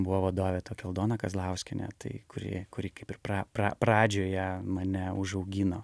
buvo vadovė aldona kazlauskienė tai kuri kuri kaip ir pra pra pradžioje mane užaugino